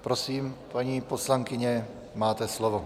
Prosím, paní poslankyně, máte slovo.